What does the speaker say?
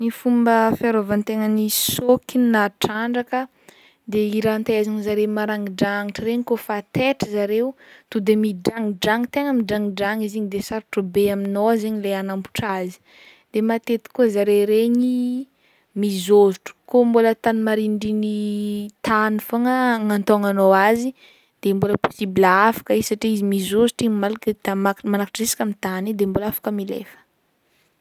Ny fomba fiarovan-tegnan'ny sôkina na trandraka de i raha antehezan'zare maragnidragnitry regny kaofa taitry zareo to de midranidrany tegna midranidrany izy igny de sarotro be aminao zegny le hanambotra azy de matetiky koa zare regny mizôhotro kô mbola tany marignindriny tany fogna agnantognanao azy de mbola possible afaka izy satria izy mizôzotry malaka ta- mak- manakatra jusk'amy tany e de mbôla afaka milefa.